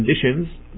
conditions